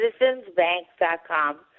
citizensbank.com